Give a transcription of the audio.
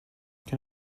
can